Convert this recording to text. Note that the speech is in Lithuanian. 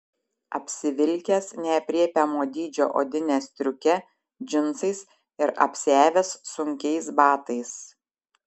apsivilkęs neaprėpiamo dydžio odine stiuke džinsais ir apsiavęs sunkiais batais